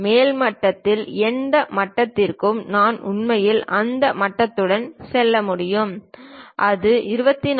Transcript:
மேல் மட்டத்தில் எந்த மட்டத்திற்கு நான் உண்மையில் அந்த மட்டத்துடன் செல்ல முடியும் அது 24